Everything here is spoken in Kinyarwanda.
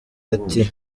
ati